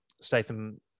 Statham